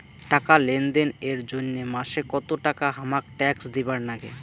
টাকা লেনদেন এর জইন্যে মাসে কত টাকা হামাক ট্যাক্স দিবার নাগে?